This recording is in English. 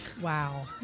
Wow